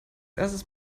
erstes